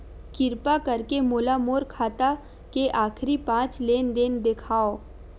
किरपा करके मोला मोर खाता के आखिरी पांच लेन देन देखाव